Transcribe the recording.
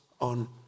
on